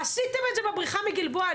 עשיתם את זה בבריחה מגלבוע.